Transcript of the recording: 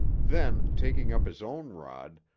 then, taking up his own rod,